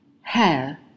hair